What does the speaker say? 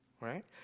right